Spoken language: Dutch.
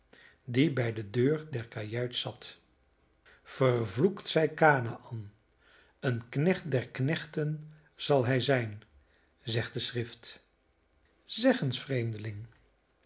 die bij de deur der kajuit zat vervloekt zij kanaän een knecht der knechten zal hij zijn zegt de schrift zeg eens vreemdeling